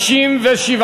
התשע"ג 2013, נתקבל.